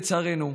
לצערנו,